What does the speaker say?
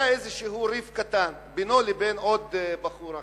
היה איזשהו ריב קטן בינו לבין בחור אחר,